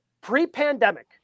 pre-pandemic